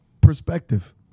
perspective